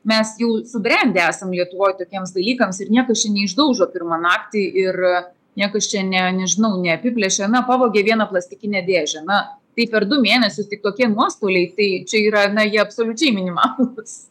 mes jau subrendę esam lietuvoj tokiems dalykams ir niekas čia neišdaužo pirmą naktį ir niekas čia ne nežinau neapiplėšė na pavogė vieną plastikinę dėžę na tai per du mėnesius tik tokie nuostoliai tai čia yra na jie absoliučiai minimalūs